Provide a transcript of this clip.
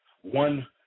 one